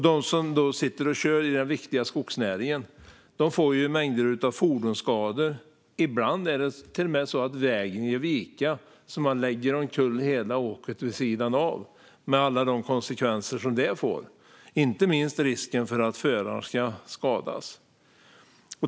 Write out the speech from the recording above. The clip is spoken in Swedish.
De som sitter och kör i den viktiga skogsnäringen får mängder av fordonsskador. Ibland är det till och med så att vägen ger vika så att hela åket läggs omkull vid sidan av med alla konsekvenser som det får. Det gäller inte minst risken för att föraren ska skadas.